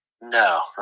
No